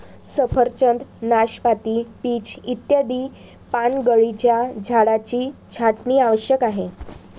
सफरचंद, नाशपाती, पीच इत्यादी पानगळीच्या झाडांची छाटणी आवश्यक आहे